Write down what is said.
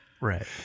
Right